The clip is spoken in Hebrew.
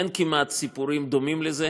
אין כמעט סיפורים דומים לזה.